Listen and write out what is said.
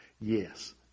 Yes